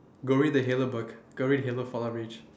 go read the halo book go read halo fall out reach